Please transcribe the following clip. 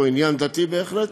שהוא עניין דתי בהחלט,